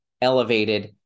elevated